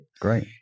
Great